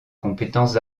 compétences